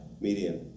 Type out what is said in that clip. Medium